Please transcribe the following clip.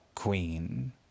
queen